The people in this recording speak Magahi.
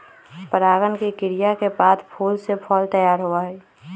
परागण के क्रिया के बाद फूल से फल तैयार होबा हई